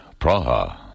Praha